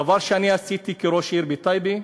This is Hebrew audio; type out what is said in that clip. דבר שאני עשיתי כראש עיר בטייבה?